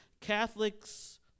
Catholics